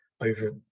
over